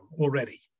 already